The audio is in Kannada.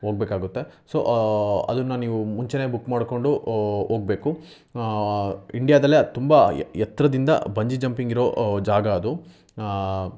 ಹೋಗಬೇಕಾಗುತ್ತೆ ಸೊ ಅದನ್ನ ನೀವು ಮುಂಚೆನೇ ಬುಕ್ ಮಾಡಿಕೊಂಡು ಹೋಗ್ಬೇಕು ಇಂಡಿಯಾದಲ್ಲೇ ಅದು ತುಂಬ ಎತ್ತರದಿಂದ ಬಂಜಿ ಜಂಪಿಂಗ್ ಇರೋ ಜಾಗ ಅದು